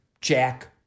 Jack